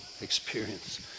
experience